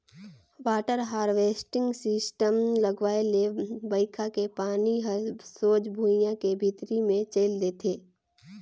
water harvesting system लगवाए ले बइरखा के पानी हर सोझ भुइयां के भीतरी मे चइल देथे